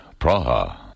Praha